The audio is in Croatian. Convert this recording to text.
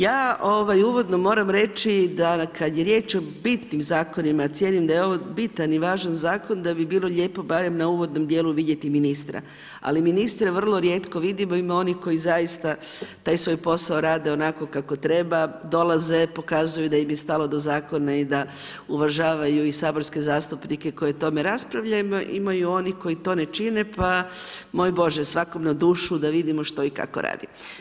Ja uvodno moram reći da kad je riječ o bitnim zakonima, cijenim da je ovo bitan i važan zakon, da bi bilo lijepo barem na uvodnom djelu vidjeti ministra, ali ministra vrlo rijetko vidimo, ima onih koji zaista taj svoj posao rade onako kako treba, dolaze, pokazuju da im je stalo do zakona i da uvažavaju i saborske zastupnike koji o tome raspravljaju, ima i onih koji to ne čine pa moj bože, svakom na dušu da vidimo što i kako radi.